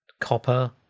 copper